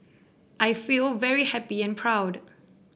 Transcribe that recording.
I feel very happy and proud